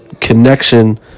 connection